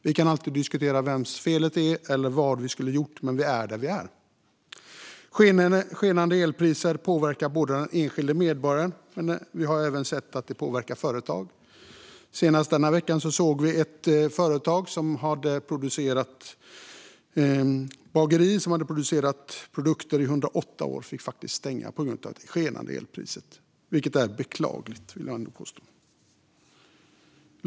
Vi kan alltid diskutera vems felet är eller vad vi skulle ha gjort, men vi är där vi är. Skenande elpriser påverkar den enskilde medborgaren, men vi har även sett att det påverkar företag. Senast denna vecka såg vi att ett bageri som hade producerat bröd i 108 år faktiskt fick stänga på grund av det skenande elpriset, vilket är beklagligt, vill jag påstå.